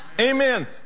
Amen